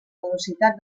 velocitat